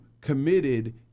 committed